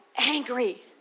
angry